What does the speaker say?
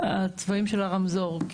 הצבעים של הרמזור.